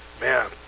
Man